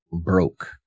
broke